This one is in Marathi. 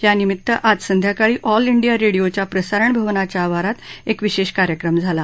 यानिमित्त आज संध्याकाळी ऑल िया रेडीओच्या प्रसारण भवनाच्या आवारात एक विशेष कार्यक्रम झाला